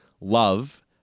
love